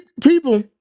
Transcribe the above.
people